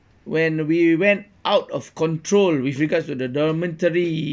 when we went out of control with regards to the dormitory